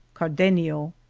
car denio.